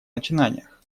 начинаниях